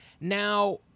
Now